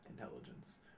intelligence